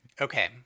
Okay